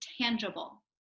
tangible